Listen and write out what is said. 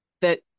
That-